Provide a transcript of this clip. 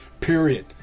Period